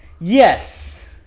Yes